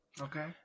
Okay